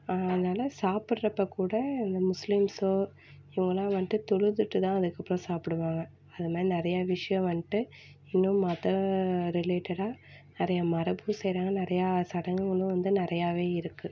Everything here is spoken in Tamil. அதனால சாப்புட்றப்போ கூட இந்த முஸ்லீம்ஸோ இவங்களாம் வந்துட்டு தொழுதுட்டு தான் அதற்கப்பறம் சாப்பிடுவாங்க அது மாரி நிறையா விஷயம் வந்துட்டு இன்னும் மத ரிலேட்டடாக நிறையா மரபும் செய்றாங்க நிறையா சடங்குகளும் வந்து நிறையாவே இருக்கு